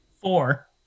Four